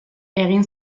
egin